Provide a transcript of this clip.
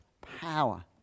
power